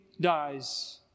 dies